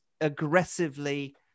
aggressively